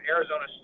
Arizona